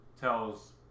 tells